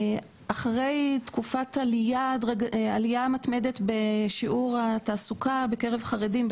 אחרי תקופת עלייה מתמדת בשיעור התעסוקה בקרב חרדים,